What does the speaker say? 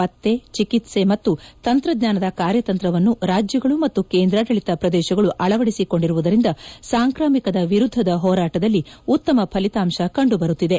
ಪಕ್ತೆ ಚಿಕಿತ್ಸೆ ಮತ್ತು ತಂತ್ರಜ್ಞಾನದ ಕಾರ್ಯತಂತ್ರವನ್ನು ರಾಜ್ಯಗಳು ಮತ್ತು ಕೇಂದ್ರಾಡಳಿತ ಪ್ರದೇಶಗಳು ಅಳವಡಿಸಿಕೊಂಡಿರುವುದರಿಂದ ಸಾಂಕ್ರಾಮಿಕದ ವಿರುದ್ಲದ ಹೋರಾಟದಲ್ಲಿ ಉತ್ತಮ ಫಲಿತಾಂಶ ಕಂಡುಬರುತ್ತಿದೆ